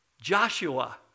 Joshua